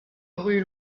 rue